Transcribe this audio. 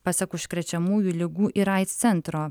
pasak užkrečiamųjų ligų ir aids centro